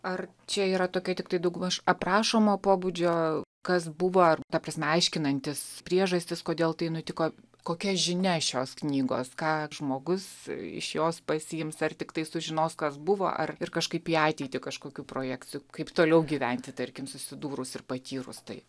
ar čia yra tokia tiktai daugmaž aprašomo pobūdžio kas buvo ar ta prasme aiškinantis priežastis kodėl tai nutiko kokia žinia šios knygos ką žmogus iš jos pasiims ar tiktai sužinos kas buvo ar ir kažkaip į ateitį kažkokių projekcijų kaip toliau gyventi tarkim susidūrus ir patyrus tai